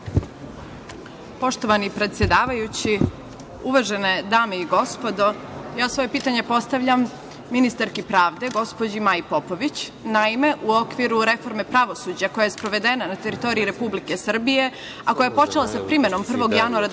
Poštovani predsedavajući, uvažene dame i gospodo, svoje pitanje postavljam ministarki pravde, gospođi Maji Popović. Naime, u okviru reforme pravosuđa koja je sprovedena na teritoriji Republike Srbije, a koja je počela sa primenom 1. januara